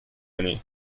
année